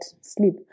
sleep